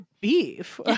beef